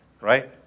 Right